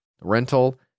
rental